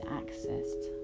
accessed